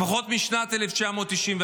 לפחות משנת 1991,